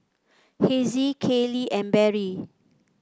Hezzie Caylee and Beryl